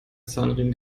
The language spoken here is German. zahnriemen